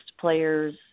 players